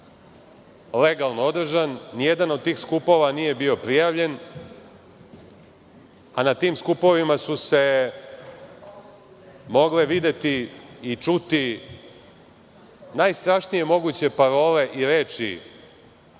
legalno održan. Ni jedan od tih skupova nije bio prijavljen, a na tim skupovima su se mogle videti i čuti najstrašnije moguće parole i reči